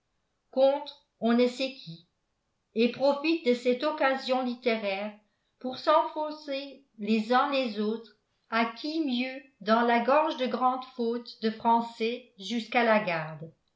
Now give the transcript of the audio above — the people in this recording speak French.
contre on ne sait qui et profitent de cette occasion littéraire pour s'enfoncer les uns les autres à qui mieux mieux dans la gorge de grandes fautes de français jusqu'à la garde